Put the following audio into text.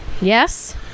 Yes